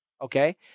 Okay